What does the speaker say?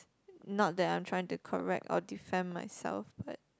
not that I'm trying to correct or defend myself but